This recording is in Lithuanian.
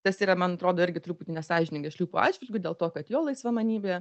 tas yra man atrodo irgi truputį nesąžininga šliūpo atžvilgiu dėl to kad jo laisvamanybė